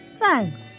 Thanks